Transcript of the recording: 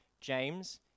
James